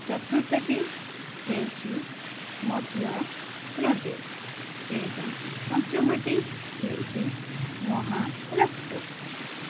ଚତୁର୍ଥଟି ହେଉଛି ମଧ୍ୟପ୍ରଦେଶ ଏବଂ ପଞ୍ଚମଟି ହେଉଛି ମହାରାଷ୍ଟ୍ର